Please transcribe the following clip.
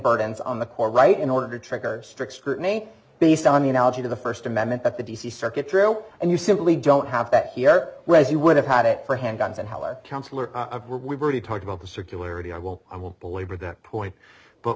burdens on the core right in order to trigger strict scrutiny based on the analogy to the first amendment at the d c circuit trail and you simply don't have that here whereas you would have had it for handguns and how our counselor we've already talked about the circularity i will i will believe you that point but